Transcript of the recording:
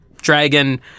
dragon